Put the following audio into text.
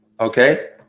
Okay